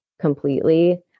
completely